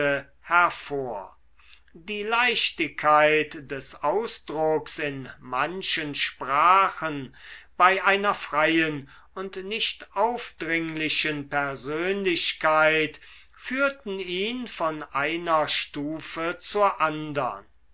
hervor die leichtigkeit des ausdrucks in manchen sprachen bei einer freien und nicht aufdringlichen persönlichkeit führten ihn von einer stufe zur andern